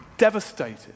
Devastated